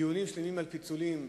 דיונים שלמים על פיצולים.